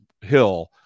Hill